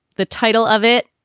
the title of it,